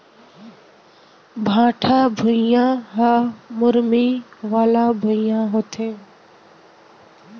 भाठा भुइयां ह मुरमी वाला भुइयां होथे